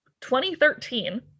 2013